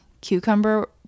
Cucumber